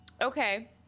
Okay